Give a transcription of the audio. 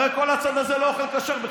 הרי כל הצד הזה לא אוכל כשר בכלל,